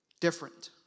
different